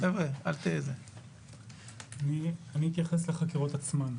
אני אתייחס לחקירות עצמן.